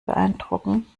beeindrucken